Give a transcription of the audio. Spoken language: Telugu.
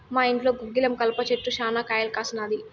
మా ఇంట్లో గుగ్గిలం కలప చెట్టు శనా కాయలు కాసినాది